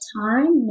time